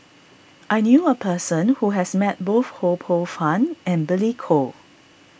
I knew a person who has met both Ho Poh Fun and Billy Koh